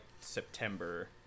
September